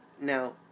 now